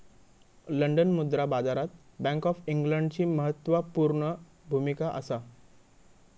London मुद्रा बाजारात bank of इंग्लंडची म्हत्त्वापूर्ण भुमिका असा